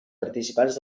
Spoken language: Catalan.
participants